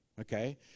Okay